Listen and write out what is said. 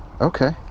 Okay